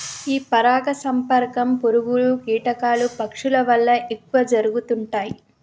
ఈ పరాగ సంపర్కం పురుగులు, కీటకాలు, పక్షుల వల్ల ఎక్కువ జరుగుతుంటాయి